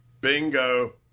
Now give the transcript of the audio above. Bingo